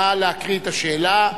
נא להקריא את השאלה,